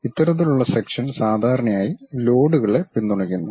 ഇത്തരത്തിലുള്ള സെക്ഷൻ സാധാരണയായി ലോഡുകളെ പിന്തുണയ്ക്കുന്നു